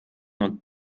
und